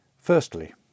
Firstly